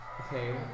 okay